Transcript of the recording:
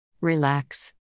Relax